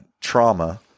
trauma